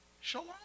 Shalom